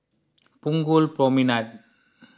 Punggol Promenade